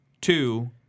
Two